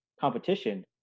competition